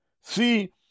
See